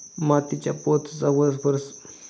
मातीच्या पोतचा वनस्पतींच्या वाढीवर कसा परिणाम करतो?